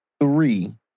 three